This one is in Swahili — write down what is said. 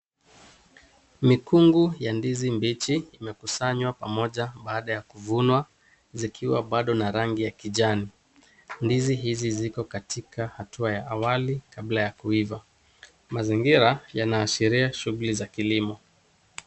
Mikungu ya ndizi mbichi imekusanywa pamoja baada ya kuvunwa zikiwa bado na rangi ya kijani. Ndizi hizi ziko katika hatua ya awali kabla ya kuiva. Mazingira yanaashiria shughuli ya kilimo.